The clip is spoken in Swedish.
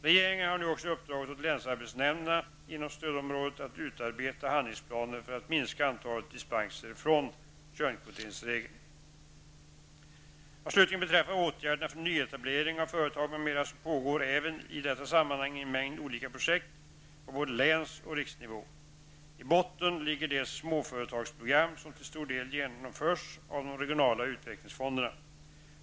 Regeringen har också uppdragit åt länsarbetsnämnderna inom stödområdet att utarbeta handlingsplaner för att minska antalet dispenser från könskvoteringsregeln. Vad slutligen beträffar åtgärder för nyetablering av företag m.m. pågår även i detta sammanhang en mängd olika projekt på både läns och riksnivå. I botten ligger det småföretagsprogram, som till stor del genomförs av de regionala utvecklingsfonderna.